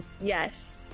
yes